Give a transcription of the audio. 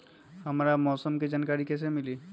हमरा मौसम के जानकारी कैसी मिली?